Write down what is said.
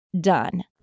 done